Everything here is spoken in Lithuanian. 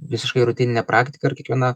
visiškai rutininė praktika ir kiekviena